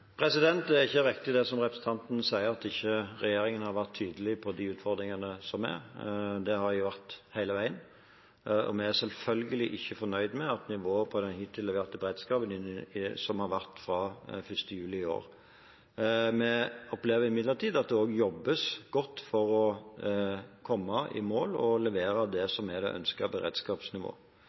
Det er ikke riktig, det som representanten sier om at regjeringen ikke har vært tydelig på de utfordringene som er. Det har jeg vært hele veien. Vi er selvfølgelig ikke fornøyd med nivået på den hittil leverte beredskapen som har vært fra 1. juli i år. Vi opplever imidlertid at det også jobbes godt for å komme i mål og levere det som er det